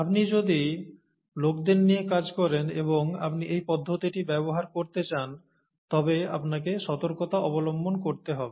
আপনি যদি লোকদের নিয়ে কাজ করেন এবং আপনি এই পদ্ধতিটি ব্যবহার করতে চান তবে আপনাকে সতর্কতা অবলম্বন করতে হবে